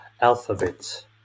alphabet